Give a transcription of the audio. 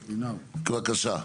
בבקשה.